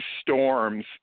storms